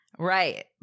Right